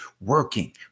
working